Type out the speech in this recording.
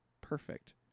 perfect